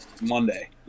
Monday